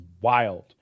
wild